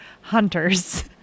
hunters